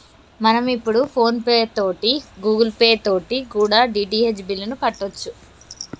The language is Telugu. మనం ఇప్పుడు ఫోన్ పే తోటి గూగుల్ పే తోటి కూడా డి.టి.హెచ్ బిల్లుని కట్టొచ్చు